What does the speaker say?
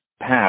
path